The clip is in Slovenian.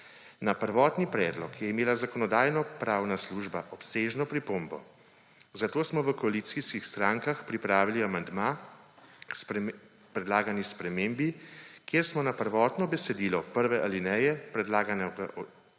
Na prvotni predlog je imela Zakonodajno-pravna služba obsežno pripombo, zato smo v koalicijskih strankah pripravili amandma k predlagani spremembi, kjer smo na prvotno besedilo prve alineje predlaganega